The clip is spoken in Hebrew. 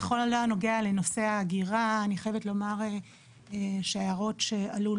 בכל הנוגע לנושא האגירה אני חייבת לומר שההערות שעלו,